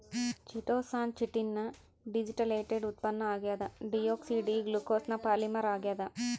chitosan chitin ನ deacetylated ಉತ್ಪನ್ನ ಆಗ್ಯದ ಡಿಯೋಕ್ಸಿ ಡಿ ಗ್ಲೂಕೋಸ್ನ ಪಾಲಿಮರ್ ಆಗ್ಯಾದ